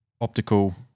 optical